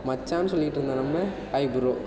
மச்சான்னு சொல்லிகிட்டு இருந்த நம்ப ஹாய் ப்ரோ